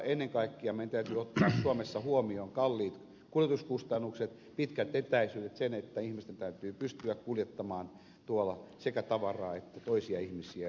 ennen kaikkea meidän täytyy ottaa suomessa huomioon kalliit kuljetuskustannukset pitkät etäisyydet se että ihmisten täytyy pystyä kuljettamaan tuolla sekä tavaraa että toisia ihmisiä